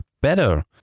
better